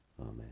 Amen